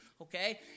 okay